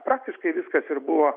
praktiškai viskas ir buvo